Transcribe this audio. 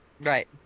right